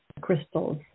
crystals